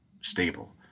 stable